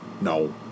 No